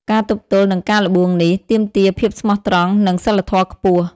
ការទប់ទល់នឹងការល្បួងនេះ ទាមទារភាពស្មោះត្រង់ និងសីលធម៌ខ្ពស់។